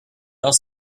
else